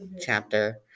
chapter